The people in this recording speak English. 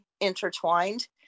intertwined